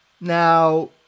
Now